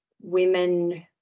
women